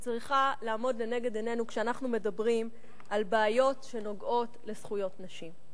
צריכה לעמוד לנגד עינינו כשאנחנו מדברים על בעיות שנוגעות לזכויות נשים.